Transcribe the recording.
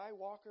Skywalker